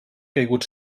caigut